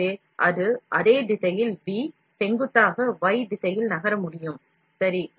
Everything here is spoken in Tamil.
எனவே அது அதே திசையில் v செங்குத்தாக y திசையில் நகர முடியும் சரி